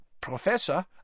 Professor